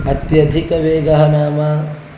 अत्यधिकवेगः नाम